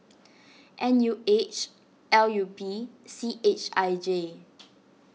N U H L U P C H I J